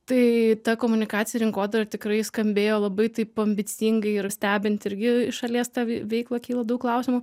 tai ta komunikacija ir rinkodara tikrai skambėjo labai taip ambicingai ir stebint irgi iš šalies tą veiklą kyla daug klausimų